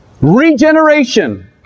regeneration